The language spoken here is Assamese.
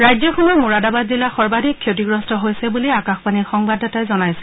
ৰাজ্যখনৰ মোৰাদাবাদ জিলা সৰ্বাধিক ক্ষতিগ্ৰস্ত হৈছে বুলি আকাশবাণীৰ সংবাদদাতাই জনাইছে